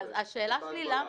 אין את ההגבלה הזאת.